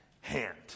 hand